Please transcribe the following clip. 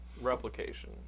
Replication